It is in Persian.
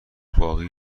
باقی